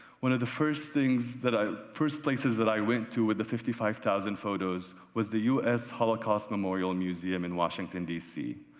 one of the first things that first places that i went to with the fifty five thousand photos was the u s. hollow cost memorial museum in washington, d c.